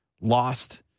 lost